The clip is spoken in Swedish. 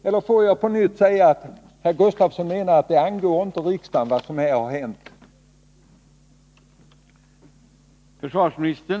Herr Gustafsson menar tydligen att vad som här har hänt inte angår riksdagen!